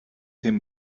him